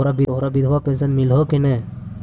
तोहरा विधवा पेन्शन मिलहको ने?